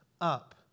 up